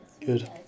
Good